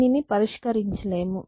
దీనిని పరిష్కరించలేము